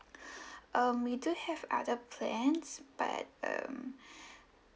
um we do have other plans but um